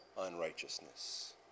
unrighteousness